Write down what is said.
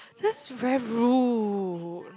that's very rude